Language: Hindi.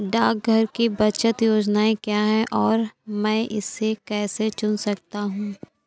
डाकघर की बचत योजनाएँ क्या हैं और मैं इसे कैसे चुन सकता हूँ?